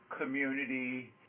community